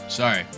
Sorry